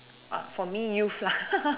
uh for me youth lah